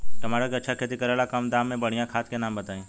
टमाटर के अच्छा खेती करेला कम दाम मे बढ़िया खाद के नाम बताई?